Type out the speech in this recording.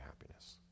happiness